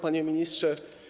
Panie Ministrze!